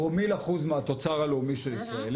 פרומיל אחוז מהתוצר הלאומי של ישראל.